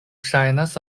ŝajnas